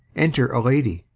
enter a lady